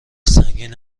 سنگین